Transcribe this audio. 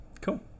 cool